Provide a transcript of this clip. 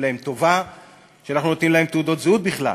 להם טובה שאנחנו נותנים להם תעודות זהות בכלל,